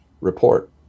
report